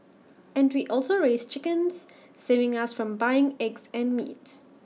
and we also raise chickens saving us from buying eggs and meats